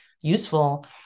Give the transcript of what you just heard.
useful